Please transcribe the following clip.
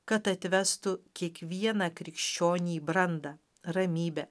kad atvestų kiekvieną krikščionį į brandą ramybę